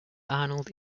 arnold